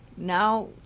Now